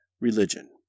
religion